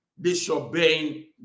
disobeying